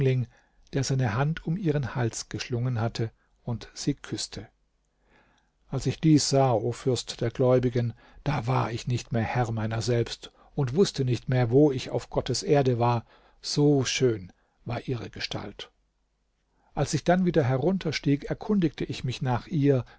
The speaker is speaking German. der seine hand um ihren hals geschlungen hatte und sie küßte als ich dies sah o fürst der gläubigen da war ich nicht mehr herr meiner selbst und wußte nicht mehr wo ich auf gottes erde war so schön war ihre gestalt als ich dann wieder herunterstieg erkundigte ich mich nach ihr